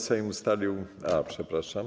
Sejm ustalił... A, przepraszam.